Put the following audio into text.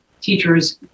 teachers